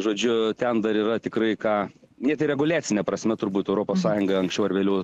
žodžiu ten dar yra tikrai ką net reguliacine prasme turbūt europos sąjunga anksčiau ar vėliau